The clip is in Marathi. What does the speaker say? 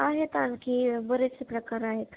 आहेत आणखी बरेचसे प्रकार आहेत